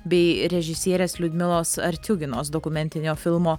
bei režisierės liudmilos artiuginos dokumentinio filmo